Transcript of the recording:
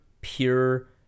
pure